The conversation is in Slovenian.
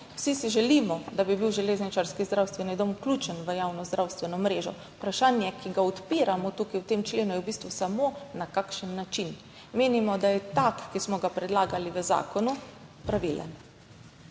Vsi si želimo, da bi bil železničarski zdravstveni dom vključen v javno zdravstveno mrežo. Vprašanje, ki ga odpiramo tukaj v tem členu je v bistvu samo na kakšen način menimo, da je tak, ki smo ga predlagali v zakonu, pravilen.